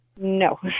No